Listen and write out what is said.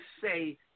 say